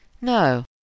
No